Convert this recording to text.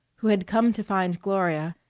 who had come to find gloria,